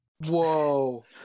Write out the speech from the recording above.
Whoa